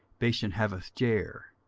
bashanhavothjair,